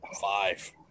Five